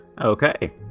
Okay